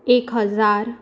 एक हजार